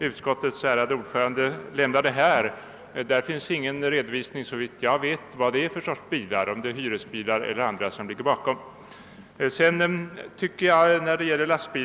Utskottets ärade ordförande nämnde några siffror, men det finns ingen redovisning av vilka bilar som in går där, t.ex. om hyrbilar är med eller inte.